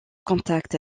contact